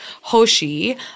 Hoshi